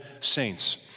saints